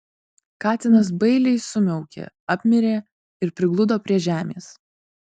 katinas bailiai sumiaukė apmirė ir prigludo prie žemės